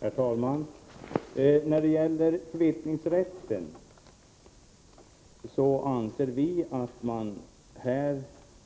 Herr talman! När det gäller kvittningsrätten berör reservanterna här